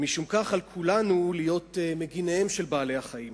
ומשום כך על כולנו להיות מגיניהם של בעלי-החיים.